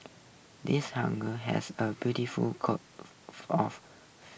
this huger has a beautiful coat